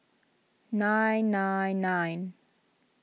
nine nine nine